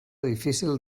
difícil